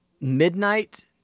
midnight